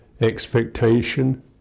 expectation